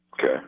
Okay